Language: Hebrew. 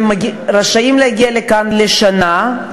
הם רשאים להגיע לכאן לשנה,